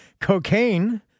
cocaine